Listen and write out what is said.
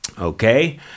Okay